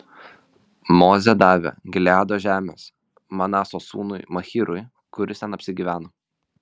mozė davė gileado žemes manaso sūnui machyrui kuris ten apsigyveno